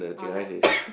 oh